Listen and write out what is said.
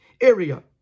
area